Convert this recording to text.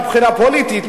מבחינה פוליטית,